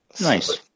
Nice